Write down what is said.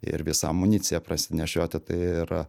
ir visą amuniciją prasinešioti tai yra